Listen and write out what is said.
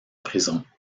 prison